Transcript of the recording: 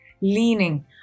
leaning